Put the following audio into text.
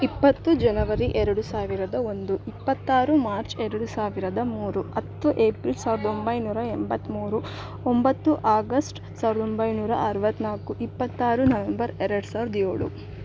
ಇಪ್ಪತ್ತು ಜನವರಿ ಎರಡು ಸಾವಿರದ ಒಂದು ಇಪ್ಪತ್ತಾರು ಮಾರ್ಚ್ ಎರಡು ಸಾವಿರದ ಮೂರು ಹತ್ತು ಏಪ್ರಿಲ್ ಸಾವಿರದ ಒಂಬೈನೂರ ಎಂಬತ್ಮೂರು ಒಂಬತ್ತು ಆಗಸ್ಟ್ ಸಾವಿರದ ಒಂಬೈನೂರ ಅರ್ವತ್ನಾಲ್ಕು ಇಪ್ಪತ್ತಾರು ನವಂಬರ್ ಎರಡು ಸಾವಿರದ ಏಳು